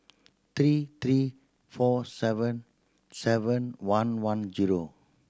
three three four seven seven one one zero